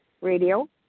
radio